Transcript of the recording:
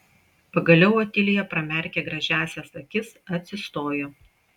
pagaliau otilija pramerkė gražiąsias akis atsistojo